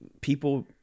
people